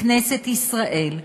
בכנסת ישראל,